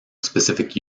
specific